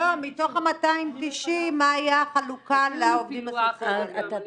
לא מתוך ה-290 מה הייתה החלוקה לעובדים הסוציאליים.